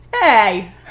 Hey